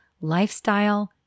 lifestyle